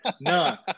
None